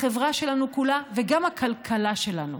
החברה שלנו כולה, וגם הכלכלה שלנו.